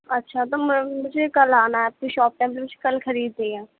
اچھا تو میم مجھے کل آنا ہے آپ کی شاپ پر مجھے کل خریدنی ہے